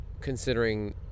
considering